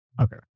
Okay